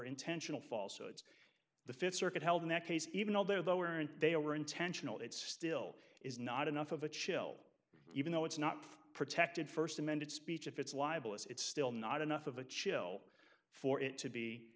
intentional false hoods the fifth circuit held in that case even though they're lower and they were intentional it still is not enough of a chill even though it's not protected first amended speech if it's libelous it's still not enough of a chill for it to be